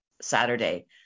Saturday